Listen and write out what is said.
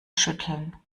schütteln